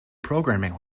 programming